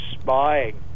spying